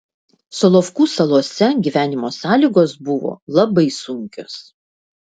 solovkų salose gyvenimo sąlygos buvo labai sunkios